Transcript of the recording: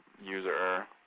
user